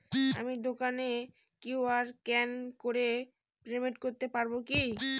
আমি দোকানে QR scan করে পেমেন্ট করতে পারবো কি?